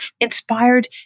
inspired